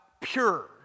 pure